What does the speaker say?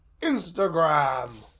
Instagram